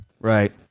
Right